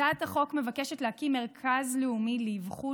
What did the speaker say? הצעת החוק מבקשת להקים מרכז לאומי לאבחון